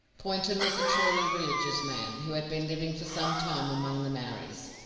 poynton was a truly religious man, who had been living for some time among the maoris.